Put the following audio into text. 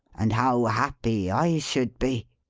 and how happy i should be,